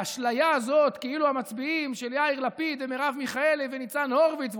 האשליה הזאת כאילו המצביעים של יאיר לפיד ומרב מיכאלי וניצן הורוביץ,